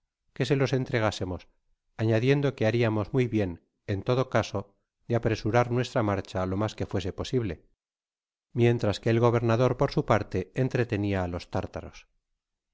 que se los entregásemos añadiendo que hariamos muy bien en todo caso de apresurar nuestra marcha lo mas que fuese posible mientras que el gobernador por su parte entretenia á los tártaros